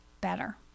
better